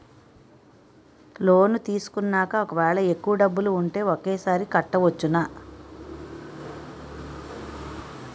Loan తీసుకున్నాక ఒకవేళ ఎక్కువ డబ్బులు ఉంటే ఒకేసారి కట్టవచ్చున?